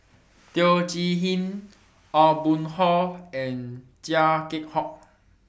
Teo Chee Hean Aw Boon Haw and Chia Keng Hock